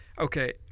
Okay